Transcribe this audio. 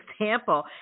example